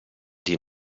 die